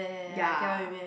ya